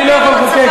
אני לא יכול לבקש,